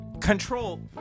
control